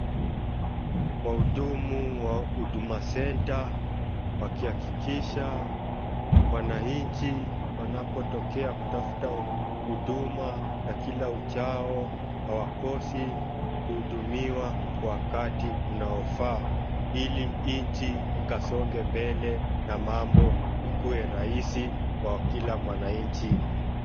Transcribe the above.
Wahudumu wa huduma center wakihakikisha wananchi wanapotokea kutafuta huduma ya kila uchao hawakosi kuhudumiwa wakati unaofaa ili nchi ikasonge mbele na mambo ikuwe rahisi kwa kila mwananchi.